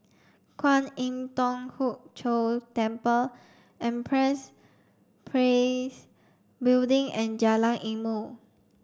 Kwan Im Thong Hood Cho Temple Empress Place Building and Jalan Ilmu